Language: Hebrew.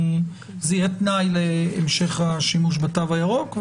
זה יהיה תנאי להמשך השימוש בתו הירוק,